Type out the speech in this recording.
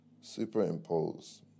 Superimpose